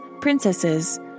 princesses